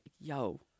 yo